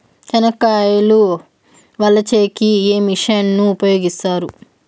చెనక్కాయలు వలచే కి ఏ మిషన్ ను ఉపయోగిస్తారు?